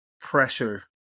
pressure